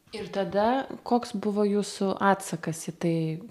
ir tada koks buvo jūsų atsakas į tai